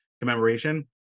commemoration